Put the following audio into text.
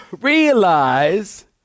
realize